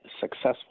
successful